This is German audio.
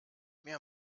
mir